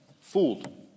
fooled